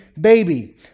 baby